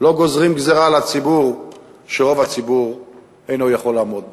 לא גוזרים על הציבור גזירה שרוב הציבור אינו יכול לעמוד בה.